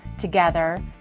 together